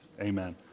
Amen